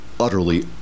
utterly